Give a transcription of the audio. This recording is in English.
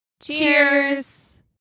Cheers